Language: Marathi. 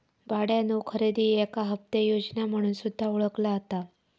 भाड्यानो खरेदी याका हप्ता योजना म्हणून सुद्धा ओळखला जाता